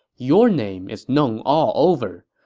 your name is known all over.